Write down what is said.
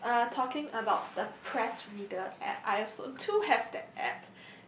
yes uh talking about the press reader app I also too have that app